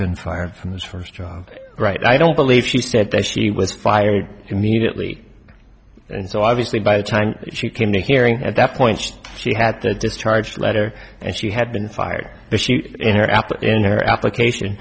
been fired from his first job right i don't believe she said that she was fired immediately and so obviously by the time she came to carry at that point she had to discharge letter and she had been fired in her application